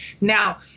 Now